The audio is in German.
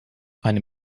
eine